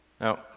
Now